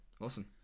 Awesome